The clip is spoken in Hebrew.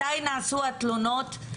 מתי נעשו התלונות,